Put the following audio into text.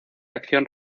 acción